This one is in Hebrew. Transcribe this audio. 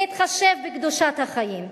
בהתחשב בקדושת החיים,